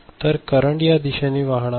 तर करंट या दिशेने वाहणार नाही